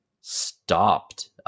stopped